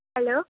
hello